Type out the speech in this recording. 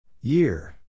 Year